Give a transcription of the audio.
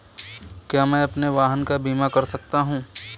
क्या मैं अपने वाहन का बीमा कर सकता हूँ?